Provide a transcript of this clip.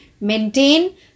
Maintain